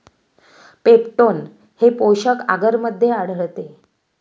peptone हे पोषक आगरमध्ये आढळते